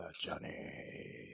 Johnny